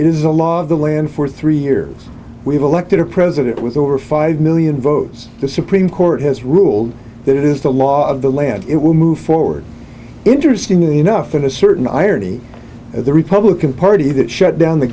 the land for three years we've elected a president with over five million votes the supreme court has ruled that it is the law of the land it will move forward interestingly enough in a certain irony at the republican party that shut down the